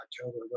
October